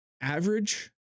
average